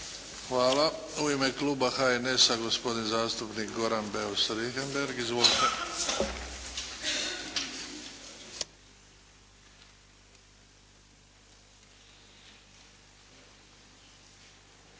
Hvala. U ime Kluba HNS-a, gospodin zastupnik Goran Beus Richembergh. Izvolite. **Beus